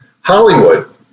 Hollywood